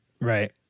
Right